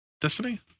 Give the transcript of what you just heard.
Destiny